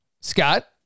Scott